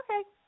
Okay